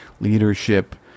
leadership